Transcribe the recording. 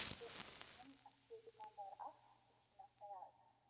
کٔرمٕژ کٲم اَسہِ چھُ ییٚتہِ دُکان دار اکھ تٔمِس چھُ ناو فیاض